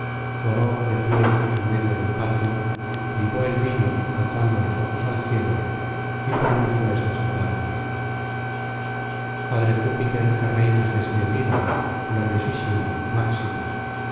de pie en medio del patio libó el vino alzando los ojos al cielo y pronunció estas palabras padre júpiter que reinas desde el ida gloriosísimo máximo